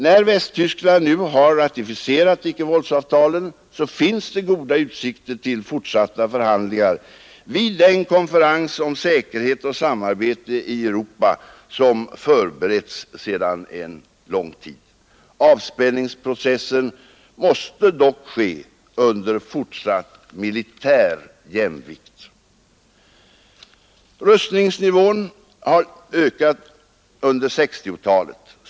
När Västtyskland nu har ratificerat icke-våldsavtalen, finns goda utsikter till fortsatta förhand lingar vid den konferens om säkerhet och samarbete i Europa som förberetts sedan en lång tid. Avspänningsprocessen måste dock ske under fortsatt militär jämvikt. Rustningsnivån har ökat under 1960-talet.